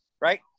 right